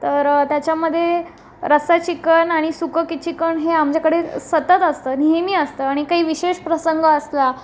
तर त्याच्यामध्ये रस्सा चिकन आणि सुकं की चिकन हे आमच्याकडे सतत असतं नेहमी असतं आणि काही विशेष प्रसंग असला